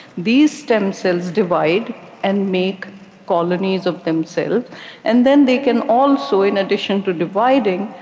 these stem cells divide and make colonies of themselves and then they can also, in addition to dividing,